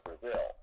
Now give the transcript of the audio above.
Brazil